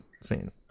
scene